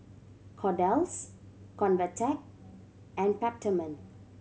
Kordel's Convatec and Peptamen